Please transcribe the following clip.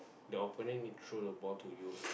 the opponent need to throw the ball to you